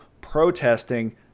protesting